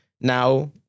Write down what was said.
now